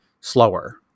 slower